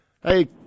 Hey